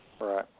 Right